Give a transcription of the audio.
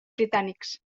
britànics